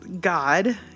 God